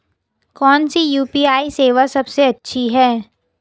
कौन सी यू.पी.आई सेवा सबसे अच्छी है?